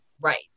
Right